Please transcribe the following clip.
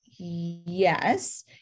yes